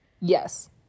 Yes